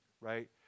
right